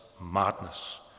madness